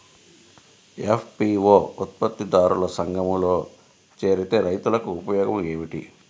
FPO ఉత్పత్తి దారుల సంఘములో చేరితే రైతులకు ఉపయోగము ఏమిటి?